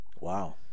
Wow